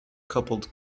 coupled